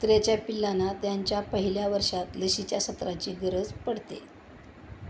कुत्र्याच्या पिल्लांना त्यांच्या पहिल्या वर्षात लसींच्या सत्राची गरज पडते